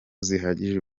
zihagije